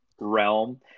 realm